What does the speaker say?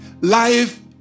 Life